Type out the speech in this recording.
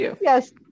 yes